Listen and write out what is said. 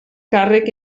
càrrec